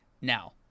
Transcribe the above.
now